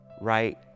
right